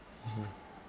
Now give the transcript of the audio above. mmhmm